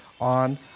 on